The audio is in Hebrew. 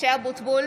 (קוראת בשמות חברי הכנסת) משה אבוטבול,